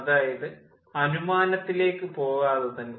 അതായത് അനുമാനത്തിലേക്ക് പോകാതെ തന്നെ